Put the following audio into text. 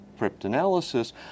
cryptanalysis